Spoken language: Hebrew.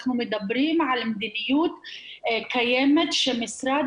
אנחנו מדברים על מדיניות קיימת שמשרד